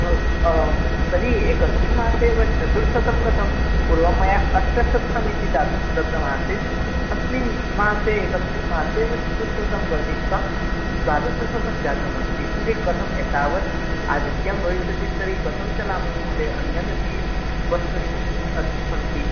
तर्हि एकस्मिन् मासेव चतुश्शतं कथं पुर्वं मया अष्टशतम् इति दा दत्तमासीत् अस्मिन् मासे एकस्मिन् मासेव चतुश्शतं वर्धित्वा द्वादशशतं जातमस्ति तर्हि कथम् एतवात् अधिकं भविष्यति तर्हि कथं चलामः महोदय अन्यदपि वस्तुनि अस्ति सन्ति